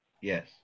Yes